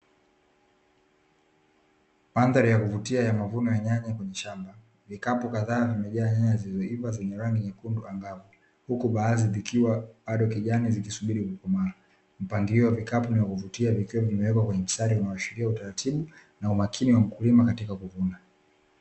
Mandhari ya kuvutia ya mavuno ya nyanya kwenye shamba. Vikapu kadhaa vimejaa nyanya zilizoiva zenye rangi nyekundu angavu, huku baadhi zikiwa bado kijani zikisubiri kukomaa. Mpangilio wa vikapu ni wa kuvutia, vikiwa vimewekwa kwenye mstari unayoashiria utaratibu na umakini wa mkulima katika kuvuna.